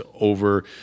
over